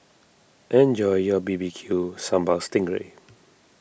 enjoy your B B Q Sambal Sting Ray